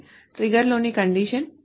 ట్రిగ్గర్లోని condition ఇది